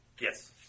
Yes